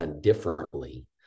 differently